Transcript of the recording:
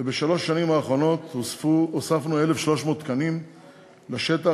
ובשלוש השנים האחרונות הוספנו 1,300 תקנים לשטח,